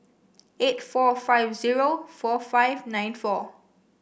eight four five zero four five nine four